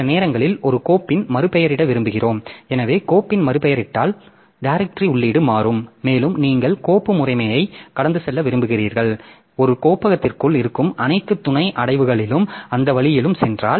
சில நேரங்களில் ஒரு கோப்பின் மறுபெயரிட விரும்புகிறோம் எனவே கோப்பின் மறுபெயரிட்டால் டைரக்ட்ரி உள்ளீடு மாறும் மேலும் நீங்கள் கோப்பு முறைமையை கடந்து செல்ல விரும்புகிறீர்கள் எனவே ஒரு கோப்பகத்திற்குள் இருக்கும் அனைத்து துணை அடைவுகளிலும் அந்த வழியிலும் சென்றால்